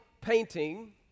painting